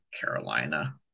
Carolina